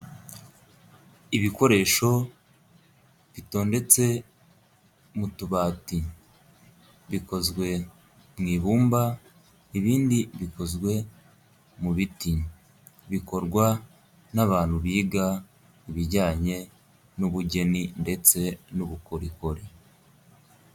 Ibikoresho bitondetse mu tubati bikozwe, bikozwe mu ibumba, ibindi bikozwe mu biti, bikorwa n'abantu biga ibijyanye n'ubugeni ndetse n'ubukorikori.